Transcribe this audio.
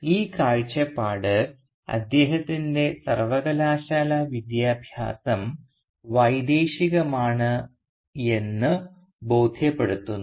ഈ കാഴ്ചപ്പാട് അദ്ദേഹത്തിൻറെ സർവകലാശാലാ വിദ്യാഭ്യാസം "വൈദേശികമാണ്" എന്ന് ബോധ്യപ്പെടുത്തുന്നു